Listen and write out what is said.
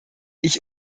ich